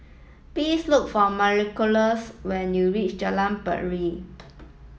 please look for Marylouise when you reach Jalan Pacheli